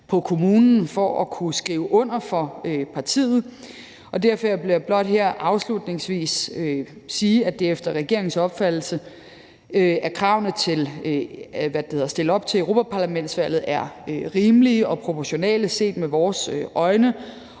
på kommunen for at kunne skrive under for partiet. Derfor vil jeg blot her afslutningsvis sige, at efter regeringens opfattelse er kravene til at stille op til europaparlamentsvalget rimelige og proportionale, og vi ser